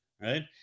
right